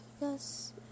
Yes